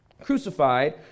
crucified